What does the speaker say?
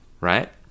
right